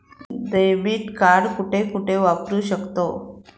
Debit card कुठे कुठे वापरू शकतव?